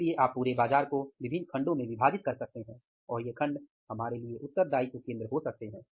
इसलिए आप पूरे बाजार को विभिन्न खंडों में विभाजित कर सकते हैं और वे खंड हमारे लिए उत्तरदायित्व केंद्र हो सकते हैं